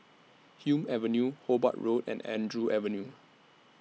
Hume Avenue Hobart Road and Andrew Avenue